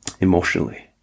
emotionally